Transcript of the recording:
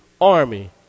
army